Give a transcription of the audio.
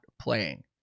playing